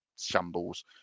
shambles